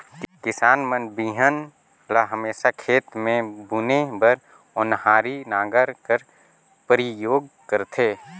किसान मन बीहन ल हमेसा खेत मे बुने बर ओन्हारी नांगर कर परियोग करथे